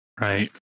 right